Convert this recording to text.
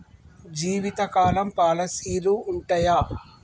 జీవితకాలం పాలసీలు ఉంటయా?